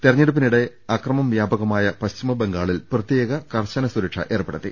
തെരഞ്ഞെടുപ്പി നിടെ അക്രമം വ്യാപകമായ പശ്ചിമ ബംഗാളിൽ പ്രത്യേക കർശന സുരക്ഷ ഏർപ്പെടുത്തി